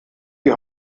die